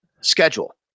Schedule